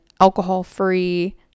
alcohol-free